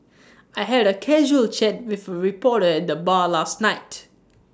I had A casual chat with reporter the bar last night